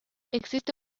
existe